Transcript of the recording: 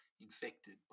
infected